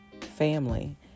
family